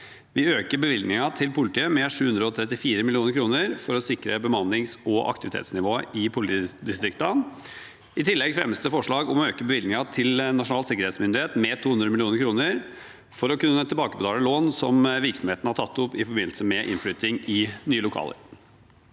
Vi øker bevilgningen til politiet med 734 mill. kr for å sikre bemannings- og aktivitetsnivået i politidistriktene. I tillegg fremmes det forslag om å øke bevilgningen til Nasjonal sikkerhetsmyndighet med 200 mill. kr for å kunne tilbakebetale lån som virksomheten har tatt opp i forbindelse med innflytting i nye lokaler.